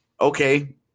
okay